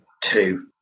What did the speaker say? two